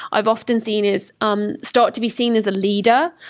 i've often seen, is um start to be seen as a leader,